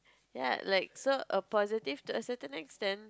ya like so a positive to a certain extent